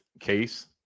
Case